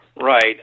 Right